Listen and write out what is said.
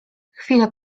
chwilę